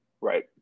right